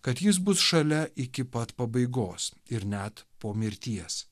kad jis bus šalia iki pat pabaigos ir net po mirties